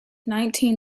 nineteen